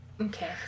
Okay